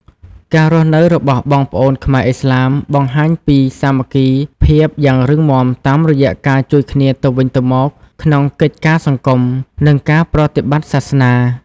ការរស់នៅរបស់បងប្អូនខ្មែរឥស្លាម បង្ហាញពីសាមគ្គីភាពយ៉ាងរឹងមាំតាមរយៈការជួយគ្នាទៅវិញទៅមកក្នុងកិច្ចការសង្គម និងការប្រតិបត្តិសាសនា។